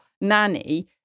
nanny